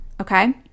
okay